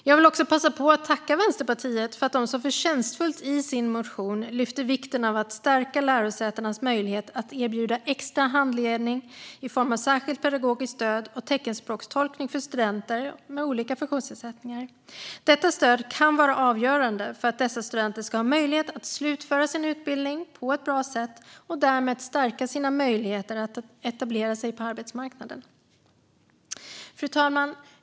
Jag vill också passa på att tacka Vänsterpartiet för att de i sin motion så förtjänstfullt lyfte vikten av att stärka lärosätenas möjlighet att erbjuda extra handledning i form av särskilt pedagogiskt stöd och teckenspråkstolkning för studenter med olika funktionsnedsättningar. Detta stöd kan vara avgörande för att dessa studenter ska ha möjlighet att slutföra sin utbildning på ett bra sätt och därmed stärka sina möjligheter att etablera sig på arbetsmarknaden. Fru talman!